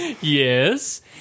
Yes